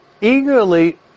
eagerly